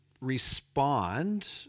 respond